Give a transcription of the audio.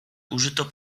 użyto